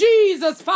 Jesus